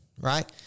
right